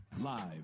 Live